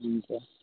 हुन्छ